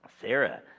Sarah